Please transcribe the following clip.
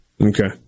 Okay